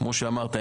כמו שאמרת,